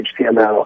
HTML